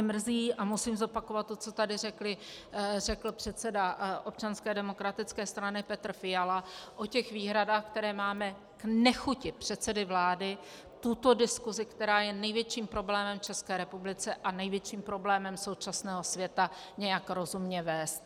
Mrzí mě, a musím zopakovat to, co tady řekl předseda Občanské demokratické strany Petr Fiala o výhradách, které máme k nechuti předsedy vlády tuto diskuzi, která je největším problémem v České republice a největším problémem současného světa, nějak rozumně vést.